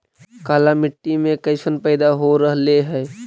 काला मिट्टी मे कैसन पैदा हो रहले है?